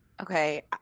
Okay